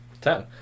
ten